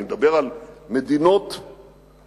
אני מדבר על מדינות נאורות,